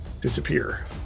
disappear